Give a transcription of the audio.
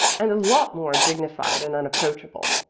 and a lot more dignified and unapproachable,